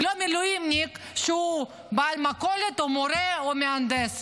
ולא מילואימניק שהוא בעל מכולת או מורה או מהנדס,